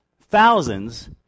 thousands